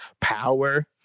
power